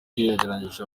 yagerageje